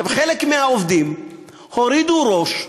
חלק מהעובדים הורידו ראש,